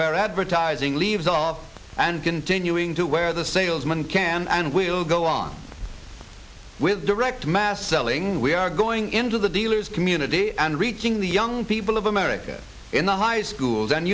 where advertising leaves off and continuing to where the salesman can and will go on with direct mass selling we are going into the dealers community and reaching the young people of america in the high schools and